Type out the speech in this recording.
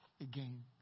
again